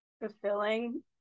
fulfilling